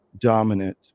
dominant